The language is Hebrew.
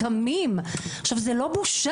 קמים לכבודם.